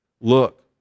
Look